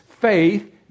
faith